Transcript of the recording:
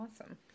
awesome